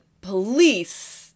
police